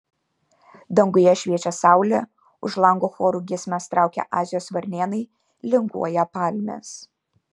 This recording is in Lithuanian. danguje šviečia saulė už lango choru giesmes traukia azijos varnėnai linguoja palmės